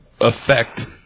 affect